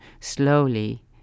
slowly